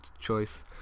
choice